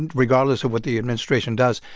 and regardless of what the administration does,